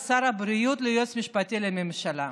לשר הבריאות וליועץ המשפטי לממשלה.